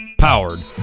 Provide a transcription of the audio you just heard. powered